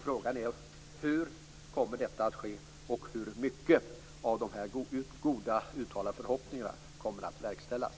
Frågan är: Hur kommer detta att ske och hur många av de här goda uttalade förhoppningarna kommer att förverkligas?